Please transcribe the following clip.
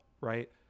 right